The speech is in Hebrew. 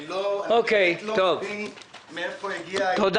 אני באמת לא מבין מאיפה זה בא.